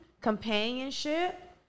companionship